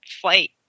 flight